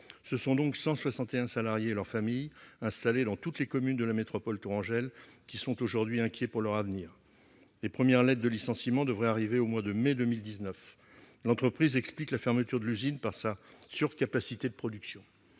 Ce sont donc 161 salariés et leurs familles, installés dans toutes les communes de la métropole tourangelle, qui sont aujourd'hui inquiets pour leur avenir. Les premières lettres de licenciement devraient arriver au mois de mai 2019. L'entreprise explique la fermeture de l'usine par sa surcapacité de production.